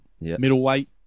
middleweight